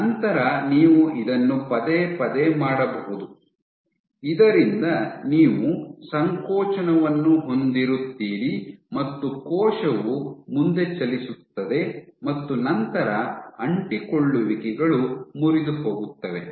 ನಂತರ ನೀವು ಇದನ್ನು ಪದೇ ಪದೇ ಮಾಡಬಹುದು ಇದರಿಂದ ನೀವು ಸಂಕೋಚನವನ್ನು ಹೊಂದಿರುತ್ತೀರಿ ಮತ್ತು ಕೋಶವು ಮುಂದೆ ಚಲಿಸುತ್ತದೆ ಮತ್ತು ನಂತರ ಅಂಟಿಕೊಳ್ಳುವಿಕೆಗಳು ಮುರಿದುಹೋಗುತ್ತವೆ